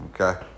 Okay